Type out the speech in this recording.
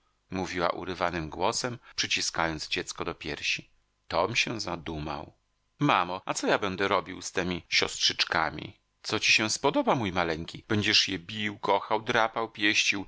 mówiła urywanym głosem przyciskając dziecko do piersi tom się zadumał mamo a co ja będę robił z temi siostrzyczkami co ci się spodoba mój maleńki będziesz je bił kochał drapał